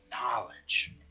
knowledge